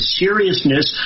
seriousness